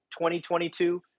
2022